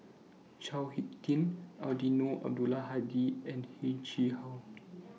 Chao Hick Tin Eddino Abdul Hadi and Heng Chee How